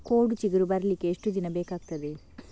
ಕೋಡು ಚಿಗುರು ಬರ್ಲಿಕ್ಕೆ ಎಷ್ಟು ದಿನ ಬೇಕಗ್ತಾದೆ?